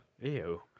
Ew